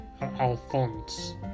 Alphonse